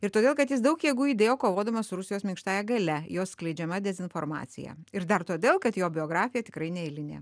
ir todėl kad jis daug jėgų įdėjo kovodamas su rusijos minkštąja galia jos skleidžiama dezinformacija ir dar todėl kad jo biografija tikrai neeilinė